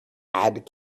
add